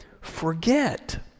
forget